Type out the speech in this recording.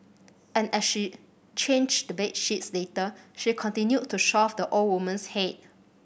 and as she changed the bed sheets later she continued to shove the old woman's head